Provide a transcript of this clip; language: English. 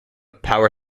power